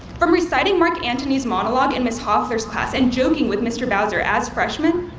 from reciting marc antony's monologue in ms. hofler's class and joking with mr. bowser as freshmen,